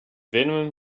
venom